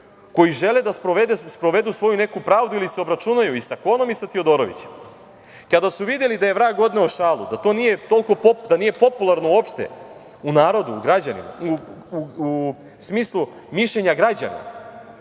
koji žele da sprovedu svoju neku pravdu ili se obračunaju i sa Konom i sa Tiodorovićem. Kada su videli da je vrag odneo šalu, da to nije popularno uopšte u narodu, u smislu mišljenja građana,